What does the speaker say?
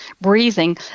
breathing